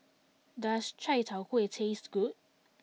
does Chai Tow Kuay taste good